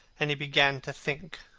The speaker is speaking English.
and he began to think.